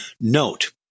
Note